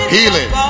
Healing